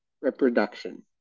reproduction